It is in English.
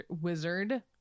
wizard